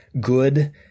good